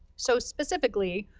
so specifically,